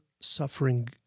suffering